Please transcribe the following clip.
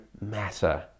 matter